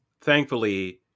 thankfully